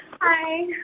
Hi